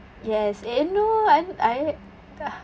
yes eh no I I ah